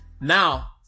Now